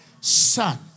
son